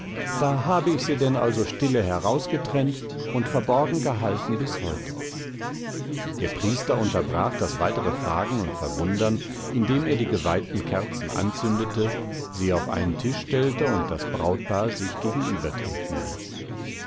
da habe ich sie denn also stille herausgetrennt und verborgengehalten bis heute der priester unterbrach das weitere fragen und verwundern indem er die geweihten kerzen anzündete sie auf einen tisch stellte und das brautpaar sich gegenübertreten hieß